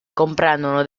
comprendono